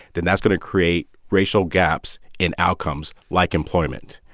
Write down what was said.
then that's going to create racial gaps in outcomes like employment.